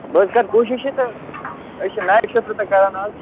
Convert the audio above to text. بہٕ حظ کرٕ کوٗشش یہِ تہٕ أسۍ چھِ نایٹ شِفٹہٕ تہِ کَران اَز